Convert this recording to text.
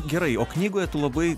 gerai o knygoje tu labai